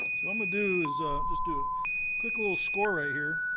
so i'm gonna do is just do it quick a little score right here